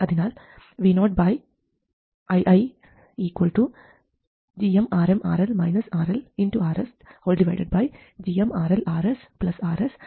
അതിനാൽ voiiRsgmRLRsRsRmRLഎന്നാവും